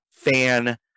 fan